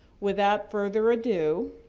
without further adieu,